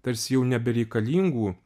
tarsi jau nebereikalingų